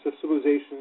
civilization